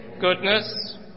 goodness